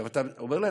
אתה אומר לעצמך: